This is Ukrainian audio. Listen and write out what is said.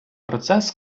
процес